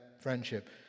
friendship